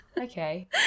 Okay